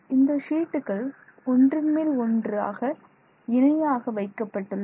இந்த ஷீட்டுகள் ஒன்றன் மேல் ஒன்றாக இணையாக வைக்கப்பட்டுள்ளன